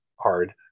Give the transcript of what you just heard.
hard